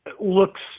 looks